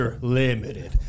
Limited